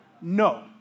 No